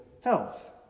health